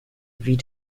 wie